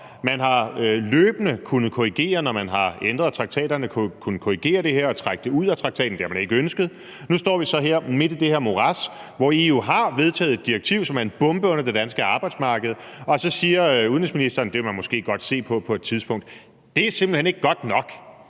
Man har løbende kunnet korrigere; når man har ændret traktaterne, har man kunnet korrigere det her og trække det ud af traktaten. Det har man ikke ønsket. Nu står vi så her midt i det her morads, hvor EU har vedtaget et direktiv, som er en bombe under det danske arbejdsmarked, og så siger udenrigsministeren, at det vil man måske godt se på på et tidspunkt. Det er simpelt hen ikke godt nok.